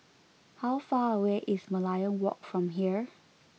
how far away is Merlion Walk from here